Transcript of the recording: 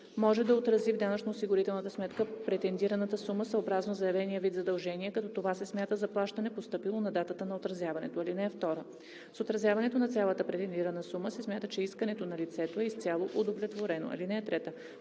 може да отрази в данъчно-осигурителната сметка претендираната сума съобразно заявения вид задължения, като това се смята за плащане, постъпило на датата на отразяването. (2) С отразяването на цялата претендирана сума се смята, че искането на лицето е изцяло удовлетворено.